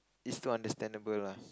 is still understandable lah